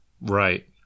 right